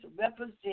represent